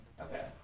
Okay